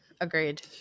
Agreed